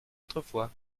autrefois